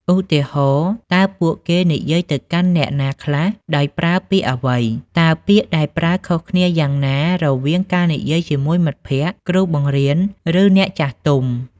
ឧទាហរណ៍ តើពួកគេនិយាយទៅកាន់អ្នកណាខ្លះ ដោយប្រើពាក្យអ្វី? តើពាក្យដែលប្រើខុសគ្នាយ៉ាងណា រវាងការនិយាយជាមួយមិត្តភក្ដិ គ្រូបង្រៀន ឬអ្នកចាស់ទុំ?